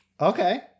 Okay